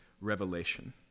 Revelation